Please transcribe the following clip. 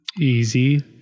Easy